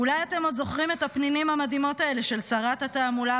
אולי אתם זוכרים את הפנינים המדהימות האלה של שרת התעמולה